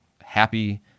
happy